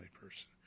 person